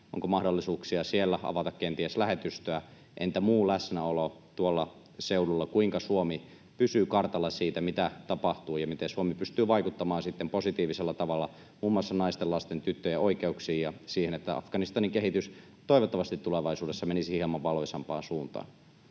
Onko mahdollisuuksia siellä avata kenties lähetystöä? Entä muu läsnäolo tuolla seudulla? Kuinka Suomi pysyy kartalla siitä, mitä tapahtuu ja miten Suomi pystyy vaikuttamaan positiivisella tavalla muun muassa naisten, lasten, tyttöjen oikeuksiin ja siihen, että Afganistanin kehitys toivottavasti tulevaisuudessa menisi hieman valoisampaan suuntaan?